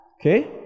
Okay